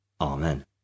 Amen